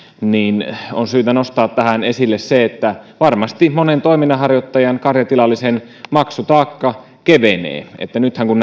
niin on syytä nostaa tähän esille se että varmasti monen toiminnanharjoittajan karjatilallisen maksutaakka kevenee nythän kun